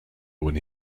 when